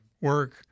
work